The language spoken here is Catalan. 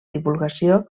divulgació